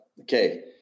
Okay